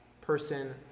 person